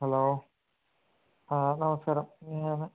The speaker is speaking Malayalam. ഹലോ ആ നമസ്കാരം ഞാൻ